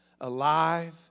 alive